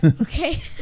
Okay